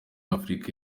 afurika